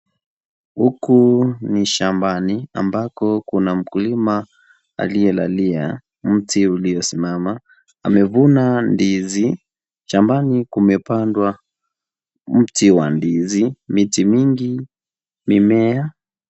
Huku ni shambani ambako kuna mkulima aliyelalia mti uliyo simama amevuna ndizi. Shambani kumepandwa miti wa ndizi. Miti mingi imea.